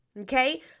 okay